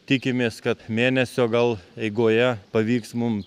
tikimės kad mėnesio gal eigoje pavyks mum